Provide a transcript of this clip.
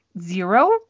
zero